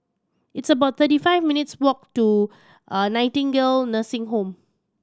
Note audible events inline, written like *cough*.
it's about thirty five minutes' walk to *noise* Nightingale Nursing Home